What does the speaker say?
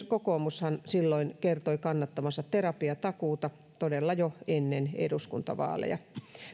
kokoomushan silloin kertoi kannattavansa terapiatakuuta todella jo ennen eduskuntavaaleja